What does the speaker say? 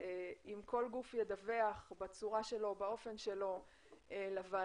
ואם כל גוף ידווח בצורה שלו ובאופן שלו לוועדה,